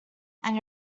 and